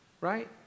right